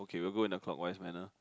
K we will go in a clockwise manner